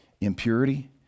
impurity